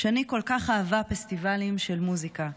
שני כל כך אהבה פסטיבלים של מוזיקה.